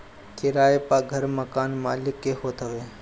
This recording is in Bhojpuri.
किराए पअ घर मकान मलिक के होत हवे